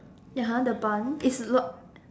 (uh huh) the barn is locked